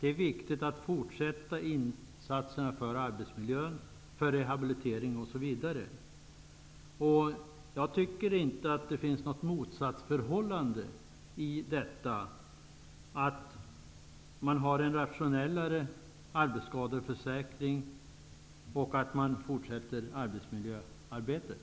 det är viktigt att fortsätta insatserna för arbetsmiljön, för rehabilitering osv., Nils-Olof Gustafsson. Jag tycker inte att det finns något motsatsförhållande i detta att man har en rationellare arbetsskadeförsäkring samtidigt som man fortsätter arbetsmiljöarbetet.